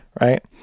right